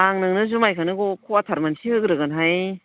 आं नोंनो जुमायखोनो कवाटार मोनसे होग्रोग्रोन हाय